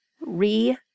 re-